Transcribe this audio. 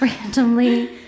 randomly